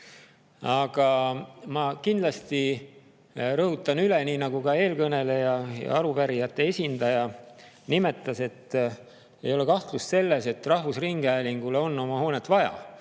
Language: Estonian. ma kindlasti rõhutan üle, nii nagu ka eelkõneleja, et arupärijate esindaja ütles, et ei ole kahtlust selles, et rahvusringhäälingule on oma hoonet vaja.